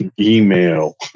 email